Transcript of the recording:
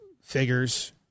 figures